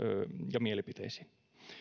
ja mielipiteisiin